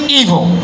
evil